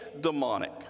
demonic